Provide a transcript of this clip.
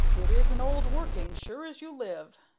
it is an old working, sure as you live!